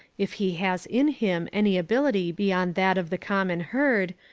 if he has in him any ability beyond that of the common herd,